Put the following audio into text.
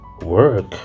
work